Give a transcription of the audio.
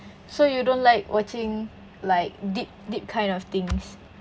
so you don't like watching like deep deep kind of things